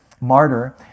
martyr